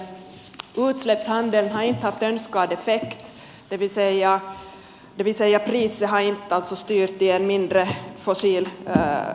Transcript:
utsläppshandeln har inte haft önskad effekt det vill säga priset har inte styrt till en mindre fossil energipolitik